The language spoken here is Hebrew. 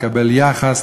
לקבל יחס,